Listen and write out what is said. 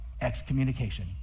excommunication